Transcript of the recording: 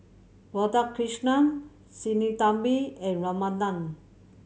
Radhakrishnan Sinnathamby and Ramanand